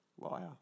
Liar